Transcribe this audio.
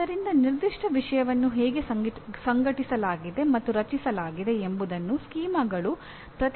ಆದ್ದರಿಂದ ನಿರ್ದಿಷ್ಟ ವಿಷಯವನ್ನು ಹೇಗೆ ಸಂಘಟಿಸಲಾಗಿದೆ ಮತ್ತು ರಚಿಸಲಾಗಿದೆ ಎಂಬುದನ್ನು ಸ್ಕೀಮಾಗಳು ಪ್ರತಿನಿಧಿಸುತ್ತವೆ